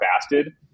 fasted